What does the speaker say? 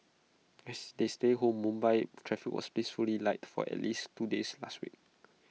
as they stayed home Mumbai's traffic was blissfully light for at least two days last week